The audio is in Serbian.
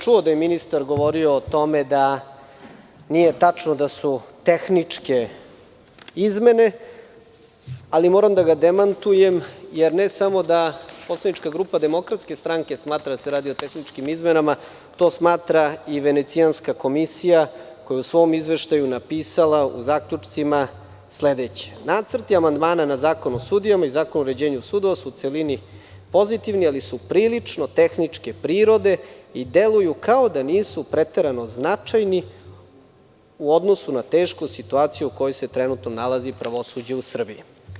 Čuo sam da je ministar govorio o tome da nije tačno da su tehničke izmene, ali moram da ga demantujem, jer ne samo da poslanička grupa DS smatra da se radi o tehničkim izmenama, to smatra i Venecijanska komisija koja je u svom izveštaju napisala, u zaključcima, sledeće: „Nacrti amandmana na Zakon o sudijama i Zakon o uređenju sudova su u celini pozitivni, ali su prilično tehničke prirode i deluju kao da nisu preterano značajni u odnosu na tešku situaciju u kojoj se trenutno nalazi pravosuđe u Srbiji“